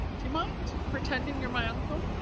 do you mind pretending you're my uncle?